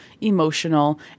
emotional